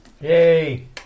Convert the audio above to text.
Yay